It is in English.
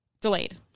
Delayed